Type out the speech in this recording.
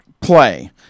play